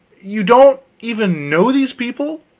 you don't even know these people?